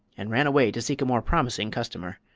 and ran away to seek a more promising customer.